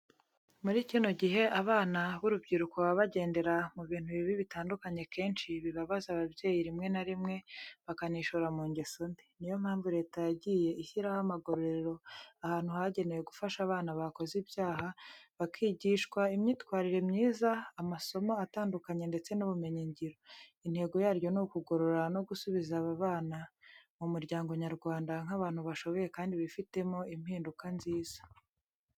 Muri kino gihe abana b'urubyiruko baba bagendera mu bintu bibi bitandukanye akenshi bibabaza ababyeyi rimwe na rimwe bakanishora mu ngeso mbi. Ni yo mpamvu leta yagiye ishyiraho amagororero ahantu hagenewe gufasha abana bakoze ibyaha, bakigishwa imyitwarire myiza, amasomo atandukanye ndetse n’ubumenyingiro. Intego yaryo ni ukugorora no gusubiza aba bana mu muryango nyarwanda nk’abantu bashoboye kandi bifitemo impinduka nziza.